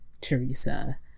Teresa